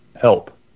help